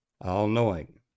all-knowing